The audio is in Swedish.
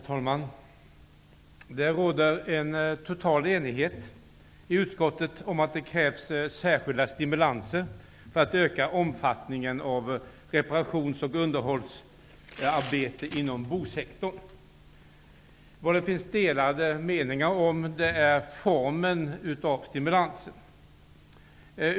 Herr talman! Det råder en total enighet i utskottet om att det krävs särskilda stimulanser för att öka omfattningen av reparations och underhållsarbete inom bosektorn. Det finns delade meningar om formen på stimulansen.